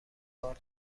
بار